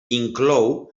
inclou